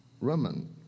Roman